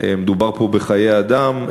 מדובר פה בחיי אדם,